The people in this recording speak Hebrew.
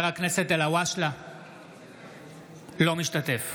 אינו משתתף